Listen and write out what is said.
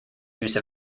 use